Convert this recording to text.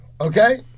okay